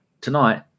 tonight